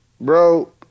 bro